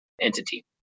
entity